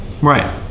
Right